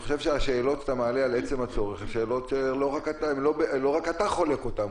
השאלות שאתה מעלה על עצם הצורך הן שאלות שלא רק אתה חולק אותן,